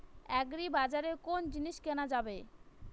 আগ্রিবাজারে কোন জিনিস কেনা যাবে?